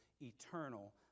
eternal